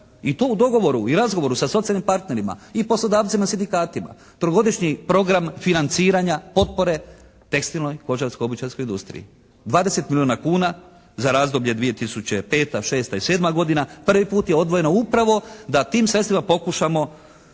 i to u dogovoru i razgovoru sa socijalnim partnerima i poslodavcima i sindikatima. Trogodišnji program financiranja potpore tekstilnoj, kožarskoj, obućarskoj industriji. 20 milijuna kuna za razdoblje 2005., 2006. i 2007. godina prvi put je odvojeno upravo da tim sredstvima pokušamo